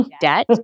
debt